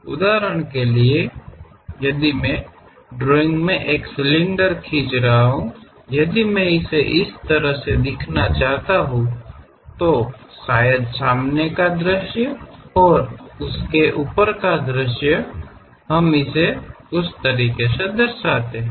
ಉದಾಹರಣೆಗೆ ನಾನು ಡ್ರಾಯಿಂಗ್ನಲ್ಲಿ ಸಿಲಿಂಡರ್ ಅನ್ನು ಚಿತ್ರಿಸಿದರೆ ಹಾಗೆಯೇ ನಾನು ಅದನ್ನು ಪ್ರತಿನಿಧಿಸಲು ಬಯಸಿದರೆ ಬಹುಶಃ ವೀಕ್ಷಣೆಗಳು ಅದರ ಮುಂಭಾಗದ ನೋಟ ಮತ್ತು ಅದರ ಉನ್ನತ ನೋಟವಾಗಿರುತ್ತದೆ